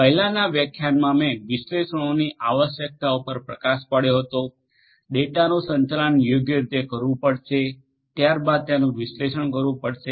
પહેલાનાં વ્યાખ્યાનોમાં મેં વિશ્લેષણોની આવશ્યકતા પર પ્રકાશ પાડયો હતો ડેટાનું સંચાલન યોગ્ય રીતે કરવું પડશે ત્યારબાદ તેનું વિશ્લેષણ કરવું પડશે